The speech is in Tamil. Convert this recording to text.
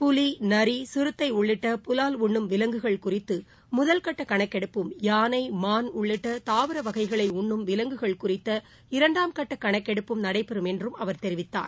புலி நரி சிறுத்தை உள்ளிட்ட புலால் உண்ணும் விலங்குகள் குறித்து முதல்கட்ட கணக்கெடுப்பும் யானை மான் உள்ளிட்ட தாவர வகைகளை உண்ணும் விலங்குகள் குறித்த இரண்டாம் கட்ட கணக்கெடுப்பும் நடைறும் என்று அவர் தெரிவித்தார்